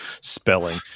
spelling